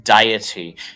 deity